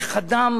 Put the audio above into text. איך אדם